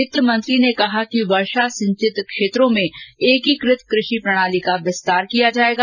वित्त मंत्री ने कहा कि वर्षा सिंचित क्षेत्रों में एकीकृत कृषि प्रणाली का विस्तार किया जायेगा